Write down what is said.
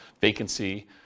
vacancy